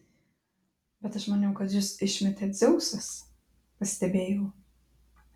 bet aš maniau kad jus išmetė dzeusas pastebėjau